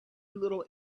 little